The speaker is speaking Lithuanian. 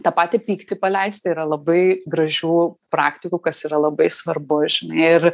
tą patį pyktį paleisti yra labai gražių praktikų kas yra labai svarbu žinai ir